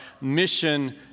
mission